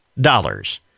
dollars